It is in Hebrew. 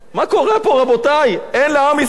אין לעם ישראל מי שייצג אותו?